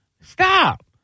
stop